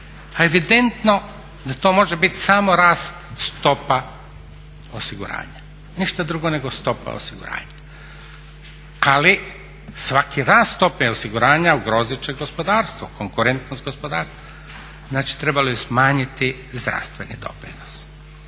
evidentno da to može biti samo rast stopa osiguranja, ništa drugo nego stopa osiguranja. Ali svaki rast stope osiguranja ugrozit će gospodarstvo, konkurentnost gospodarstva. Znači trebalo bi smanjiti zdravstveni doprinos,